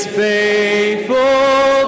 faithful